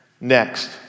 Next